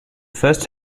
first